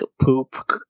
poop